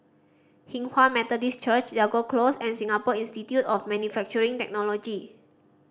Hinghwa Methodist Church Jago Close and Singapore Institute of Manufacturing Technology